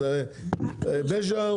בבקשה.